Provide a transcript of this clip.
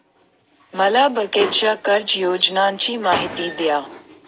मला बँकेच्या कर्ज योजनांची माहिती द्या